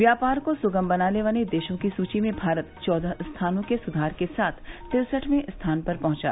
व्यापार को सुगम बनाने वाले देशों की सूची में भारत चौदह स्थानों के सुधार के साथ तिरसठवें स्थान पर पहुंचा